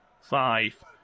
five